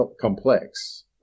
complex